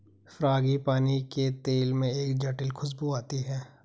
frangipani के तेल में एक जटिल खूशबू आती है